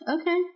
Okay